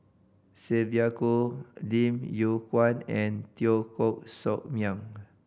Sylvia Kho Lim Yew Kuan and Teo Koh Sock Miang